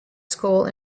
school